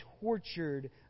tortured